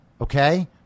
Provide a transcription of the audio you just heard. okay